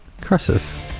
Cursive